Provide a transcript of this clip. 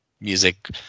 Music